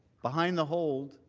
behind the hold